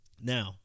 Now